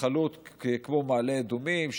התנחלות כמו מעלה אדומים,